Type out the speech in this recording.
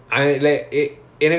err